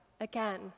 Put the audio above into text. Again